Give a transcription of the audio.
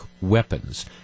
weapons